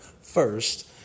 first